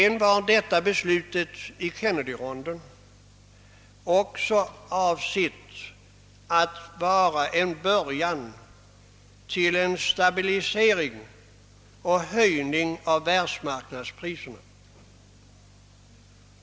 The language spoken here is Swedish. Beslutet i Kennedyronden var också avsett att vara början till en stabilisering och höjning av världsmarknadspriserna.